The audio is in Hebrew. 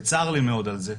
וצר לי מאוד על זה,